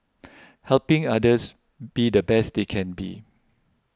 helping others be the best they can be